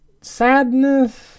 sadness